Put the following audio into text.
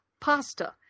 pasta